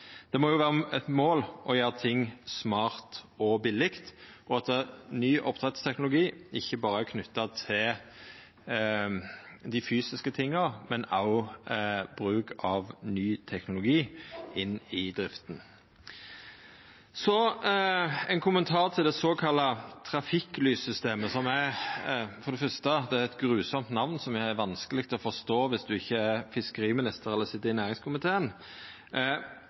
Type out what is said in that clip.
Det må jo vera eit mål å gjera ting smart og billig, og at ny oppdrettsteknologi ikkje berre er knytt til dei fysiske tinga, men òg til bruk av ny teknologi inn i drifta. Så ein kommentar til det såkalla trafikklyssystemet. For det første: Det er eit fælt namn som er vanskeleg å forstå viss du ikkje er fiskeriminister eller sit i næringskomiteen.